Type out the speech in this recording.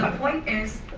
point is,